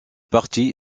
partie